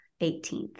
18th